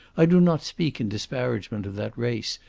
i do not speak in disparagement of that race,